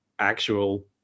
actual